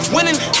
Winning